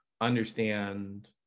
understand